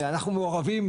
ואנחנו מעורבים,